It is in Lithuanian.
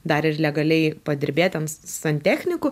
dar ir legaliai padirbėt ten santechniku